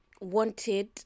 wanted